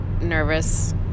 nervous